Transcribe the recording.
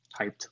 hyped